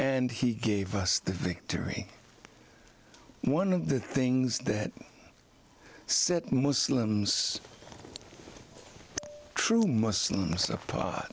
and he gave us the victory one of the things that set muslims true muslims